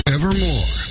Evermore